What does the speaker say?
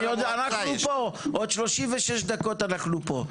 אנחנו עוד 36 דקות פה.